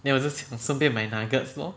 there 我 just 顺便买 nuggets lor